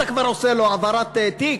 אתה כבר עושה לו העברת תיק?